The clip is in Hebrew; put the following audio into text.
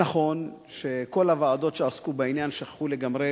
נכון שכל הוועדות שעסקו בעניין שכחו לגמרי,